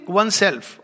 oneself